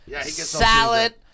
salad